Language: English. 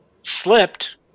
slipped